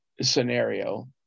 scenario